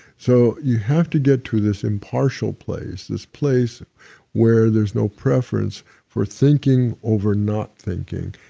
so you have to get through this in partial place, this place where there's no preference for thinking over not thinking,